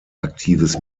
aktives